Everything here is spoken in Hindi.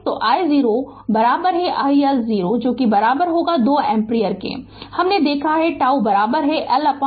तो I0 i L 0 2 एम्पीयर हमने देखा है और τ L R